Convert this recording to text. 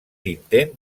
intent